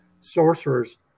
sorcerers